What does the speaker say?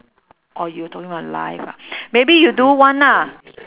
orh you talking about live ah maybe you do one lah